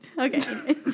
Okay